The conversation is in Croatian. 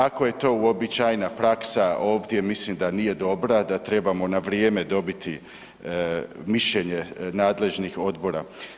Ako je to uobičajena praksa ovdje mislim da nije dobra, da trebamo na vrijeme dobiti mišljenje nadležnih odbora.